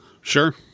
Sure